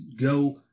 go